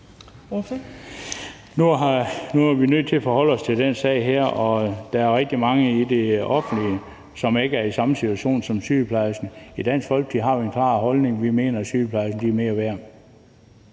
Nu er vi nødt til at forholde os til den her sag, og der er rigtig mange i det offentlige, som ikke er i samme situation som sygeplejerskerne. I Dansk Folkeparti har vi en klar holdning: Vi mener, at sygeplejerskerne er mere værd.